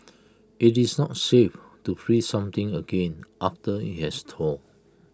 IT is not safe to freeze something again after IT has thawed